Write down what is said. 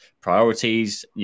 priorities